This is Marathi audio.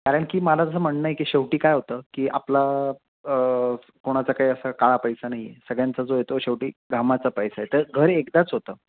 कारण की मला जसं म्हणणं आहे की शेवटी काय होतं की आपला कोणाचा काही असा काळा पैसा नाही आहे सगळ्यांचा जो यो शेवटी घामाचा पैसा आहे तर घर एकदाच होतं